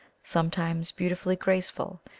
sometimes beautifully graceful,